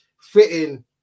fitting